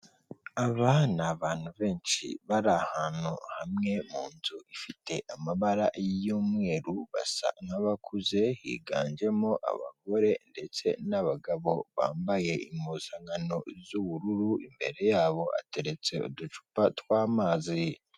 Aba ni abantu benshi bari ahantu hamwe mu nzu ifite amabara y'umweru, basa nk'abakuze higanjemo abagore ndetse n'abagabo bambaye impuzankano z'ubururu, imbere yabo hateretse uducupa tw'amazi.